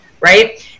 right